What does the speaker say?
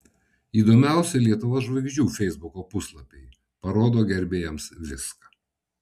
įdomiausi lietuvos žvaigždžių feisbuko puslapiai parodo gerbėjams viską